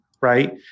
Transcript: Right